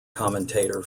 commentator